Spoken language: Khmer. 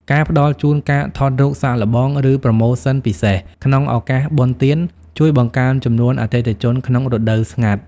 ការផ្ដល់ជូនការថតរូបសាកល្បង ឬប្រូម៉ូសិនពិសេសក្នុងឱកាសបុណ្យទាន ជួយបង្កើនចំនួនអតិថិជនក្នុងរដូវកាលស្ងាត់។